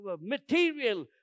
material